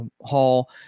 Hall